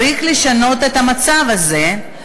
צריך לשנות את המצב הזה.